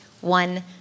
one